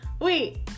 wait